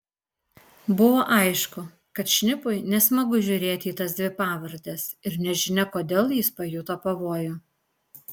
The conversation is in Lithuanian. buvo aišku kad šnipui nesmagu žiūrėti į tas dvi pavardes ir nežinia kodėl jis pajuto pavojų